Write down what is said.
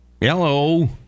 Hello